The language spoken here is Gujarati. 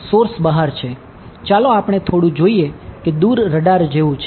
સોર્સ બહાર છે ચાલો આપણે થોડું જોઈએ કે દૂર રડાર જેવુ છે